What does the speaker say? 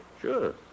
Sure